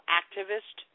activist